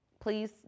Please